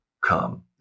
come